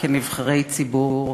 כנבחרי ציבור,